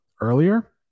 earlier